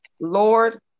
Lord